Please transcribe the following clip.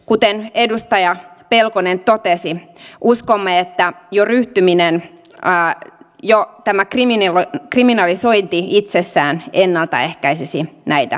kuten edustaja pelkonen totesi uskomme että jo tämä kriminalisointi itsessään ennalta ehkäisisi näitä tekoja